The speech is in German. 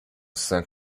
saint